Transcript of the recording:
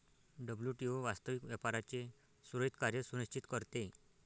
WTO वास्तविक व्यापाराचे सुरळीत कार्य सुनिश्चित करते